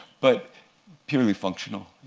but purely functional.